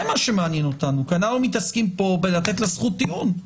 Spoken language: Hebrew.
זה מה שמעניין אותנו כי אנחנו מתעסקים פה בלתת לה זכות טיעון.